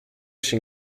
się